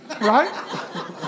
right